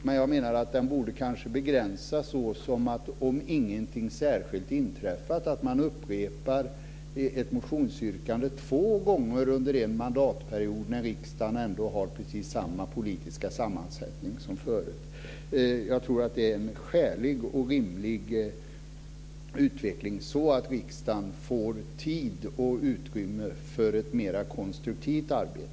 Men den borde kanske begränsas till att ett motionsyrkande får upprepas två gånger under en mandatperiod när riksdagen har samma politiska sammansättning, om ingenting särskilt inträffat. Det är en skälig och rimlig utveckling. Då kan riksdagen få tid och utrymme för ett mera konstruktivt arbete.